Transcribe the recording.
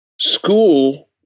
school